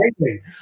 amazing